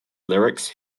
lyrics